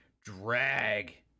drag